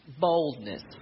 boldness